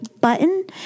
button